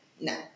No